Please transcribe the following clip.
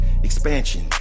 expansion